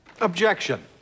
Objection